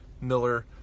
Miller